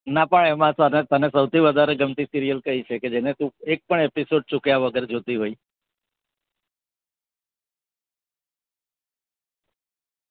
ના પણ એમાં તને તને સૌથી વધારે ગમતી સિરિયલ કઈ છે કે જેને તું એક પણ એપિસોડ ચૂક્યા વગર જોતી હોય